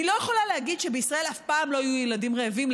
אני לא יכולה להגיד שבישראל אף פעם לא יהיו ילדים רעבים,